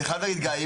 אני חייב להגיד גיא,